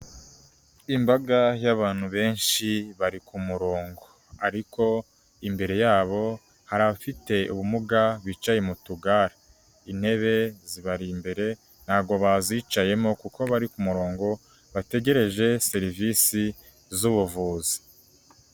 Imbaga y'abantu benshi bari ku murongo ariko imbere yabo hari abafite ubumuga bicaye mu tugare. Intebe zibari imbere, ntago bazicayemo kuko bari ku murongo, bategereje serivisi z'ubuvuzi.